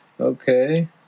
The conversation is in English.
Okay